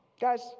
guys